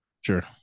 Sure